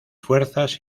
fuerzas